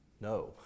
no